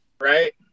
right